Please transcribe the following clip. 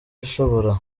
ishobora